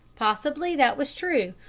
possibly that was true,